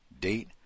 date